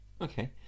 okay